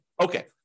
Okay